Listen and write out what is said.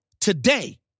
today